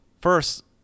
first